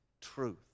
truth